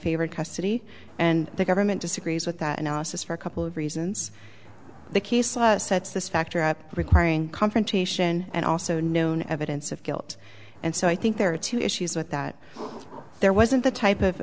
favored custody and the government disagrees with that analysis for a couple of reasons the case sets this factor up requiring confrontation and also known evidence of guilt and so i think there are two issues with that there wasn't the type of